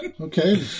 Okay